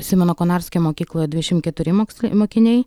simono konarskio mokykloje dvidešimt keturi mokslei mokiniai